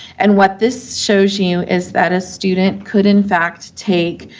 and what this shows you is that a student could, in fact, take